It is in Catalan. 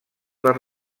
per